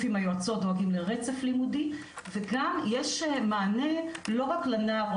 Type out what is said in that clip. עם היועצות דואגים לרצף לימודי וגם יש מענה לא רק לנער,